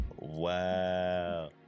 Wow